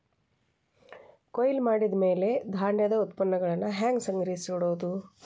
ಕೊಯ್ಲು ಮಾಡಿದ ಮ್ಯಾಲೆ ಧಾನ್ಯದ ಉತ್ಪನ್ನಗಳನ್ನ ಹ್ಯಾಂಗ್ ಸಂಗ್ರಹಿಸಿಡೋದು?